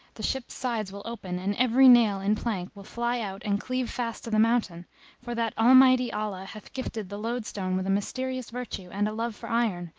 the ship's sides will open and every nail in plank will fly out and cleave fast to the mountain for that almighty allah hath gifted the loadstone with a mysterious virtue and a love for iron,